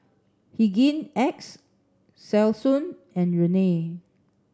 Hygin X Selsun and Rene